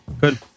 good